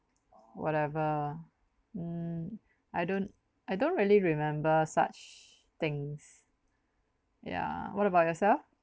whatever mm I don't I don't really remember such things yeah what about yourself